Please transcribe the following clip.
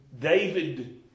David